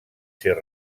ser